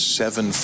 seven